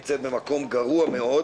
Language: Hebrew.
דבר אל חברי הוועדה,